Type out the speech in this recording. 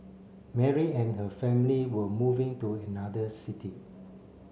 Mary and her family were moving to another city